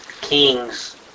kings